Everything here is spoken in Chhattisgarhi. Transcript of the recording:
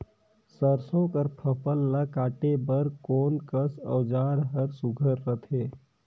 सरसो कर फसल ला काटे बर कोन कस औजार हर सुघ्घर रथे?